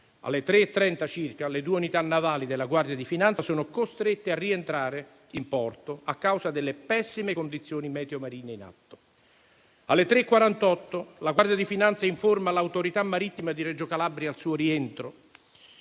ore 3,30 circa, le due unità navali della Guardia di finanza sono costrette a rientrare in porto a causa delle pessime condizioni meteo marine in atto; alle ore 3,48 la Guardia di finanza informa l'autorità marittima di Reggio Calabria del suo rientro,